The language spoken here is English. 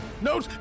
No